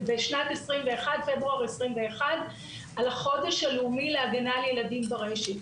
21' הכרזנו על החודש הלאומי להגנה על ילדים ברשת.